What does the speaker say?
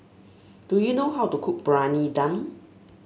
do you know how to cook Briyani Dum